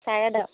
চাৰে দহ